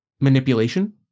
manipulation